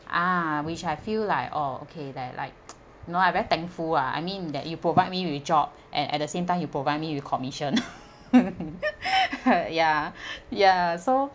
ah which I feel like oh okay then like no I very thankful ah I mean that you provide me with job and at the same time you provide me with commission ya ya so